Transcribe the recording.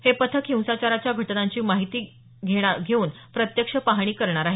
हे पथक हिंसाचाराच्या घटनांची माहिती घेणार घेऊन प्रत्यक्ष पाहणी करणार आहे